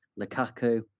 Lukaku